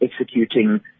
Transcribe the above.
executing